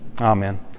Amen